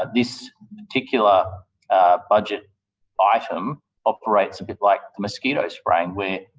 ah this particular budget item operates a bit like the mosquito spraying where,